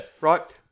Right